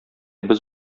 без